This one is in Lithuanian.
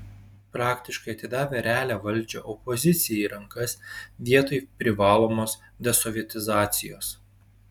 praktiškai atidavę realią valdžią opozicijai į rankas vietoj privalomos desovietizacijos